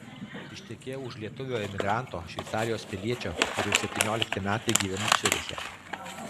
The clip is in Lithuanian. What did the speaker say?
ištekėjau už lietuvio emigranto šveicarijos piliečio ir jau septyniolikti metai gyvenu ciuriche